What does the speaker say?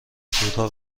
تورها